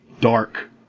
dark